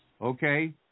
Okay